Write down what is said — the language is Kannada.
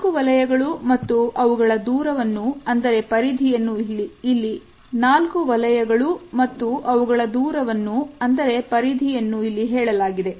4 ವಲಯಗಳು ಮತ್ತು ಅವುಗಳ ದೂರವನ್ನು ಅಂದರೆ ಪರಿಧಿಯನ್ನು ಇಲ್ಲಿ ಹೇಳಲಾಗಿದೆ